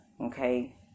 okay